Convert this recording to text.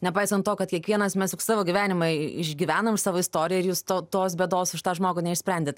nepaisant to kad kiekvienas mes juk savo gyvenimą išgyvenam savo istoriją ir jūs to tos bėdos už tą žmogų neišsprendėt